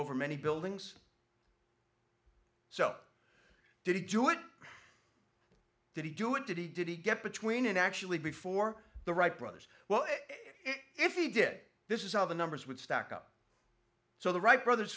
over many buildings so did he do it did he do it did he did he get between and actually before the wright brothers well if he did this is how the numbers would stack up so the wright brothers